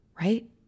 right